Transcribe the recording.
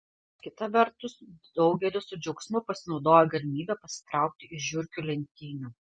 kita vertus daugelis su džiaugsmu pasinaudoja galimybe pasitraukti iš žiurkių lenktynių